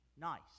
nice